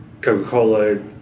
Coca-Cola